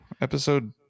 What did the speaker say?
Episode